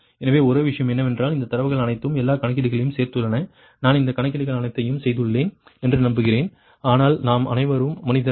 எனவே ஒரே விஷயம் என்னவென்றால் இந்தத் தரவுகள் அனைத்தும் எல்லாக் கணக்கீடுகளையும் சேர்த்துள்ளன நான் இந்தக் கணக்கீடுகள் அனைத்தையும் செய்துள்ளேன் என்று நம்புகிறேன் ஆனால் நாம் அனைவரும் மனிதர்கள்